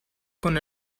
con